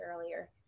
earlier